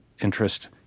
interest